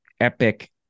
epic